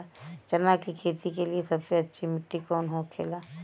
चना की खेती के लिए सबसे अच्छी मिट्टी कौन होखे ला?